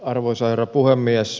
arvoisa herra puhemies